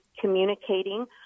communicating